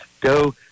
Go